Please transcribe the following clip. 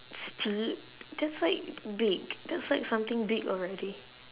speed that's like big that's like something big already